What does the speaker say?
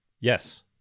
Yes